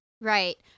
Right